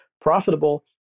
profitable